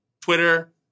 Twitter